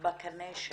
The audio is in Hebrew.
בקנה שלכם,